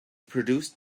produced